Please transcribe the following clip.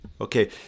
Okay